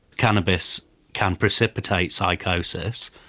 cannabis can precipitate psychosis.